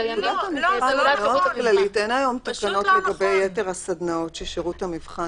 שקיימים --- אין היום תקנות לגבי יתר הסדנאות ששירות המבחן מעביר.